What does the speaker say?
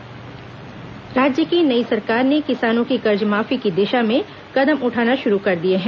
किसान पैसा वापस राज्य की नई सरकार ने किसानों की कर्जमाफी की दिशा में कदम उठाने शुरू कर दिए हैं